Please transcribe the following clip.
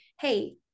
hey-